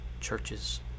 churches